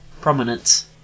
prominence